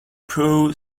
pro